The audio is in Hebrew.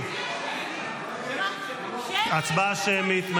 הצבעה שמית.